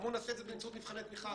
אמרו: נעשה את זה באמצעות מבחני תמיכה,